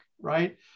right